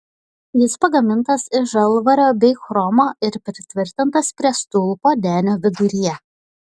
jis pagamintas iš žalvario bei chromo ir pritvirtintas prie stulpo denio viduryje